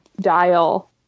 dial